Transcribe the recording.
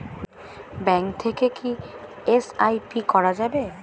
Bank থেকে কী SIP করা যাবে?